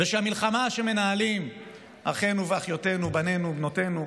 שהמלחמה שמנהלים אחינו ואחיותינו, בנינו ובנותינו,